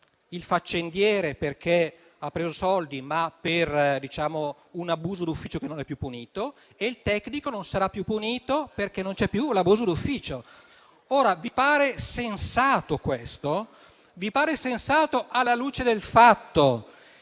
(il faccendiere perché ha preso soldi, ma per un abuso d'ufficio che non è più punito, e il tecnico perché non c'è più l'abuso d'ufficio). Vi pare sensato questo? Vi pare sensato, alla luce del fatto